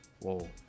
Whoa